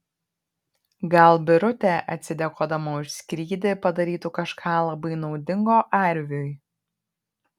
gal birutė atsidėkodama už skrydį padarytų kažką labai naudingo arviui